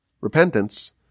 Repentance